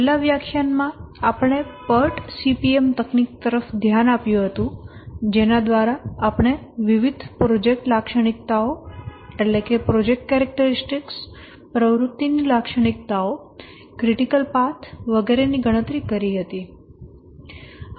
છેલ્લા વ્યાખ્યાનમાં આપણે PERT CPM તકનીક તરફ ધ્યાન આપ્યું હતું જેના દ્વારા આપણે વિવિધ પ્રોજેક્ટ લાક્ષણિકતાઓ પ્રવૃત્તિની લાક્ષણિકતાઓ ક્રિટિકલ પાથ વગેરે ની ગણતરી કરી હતી